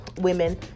women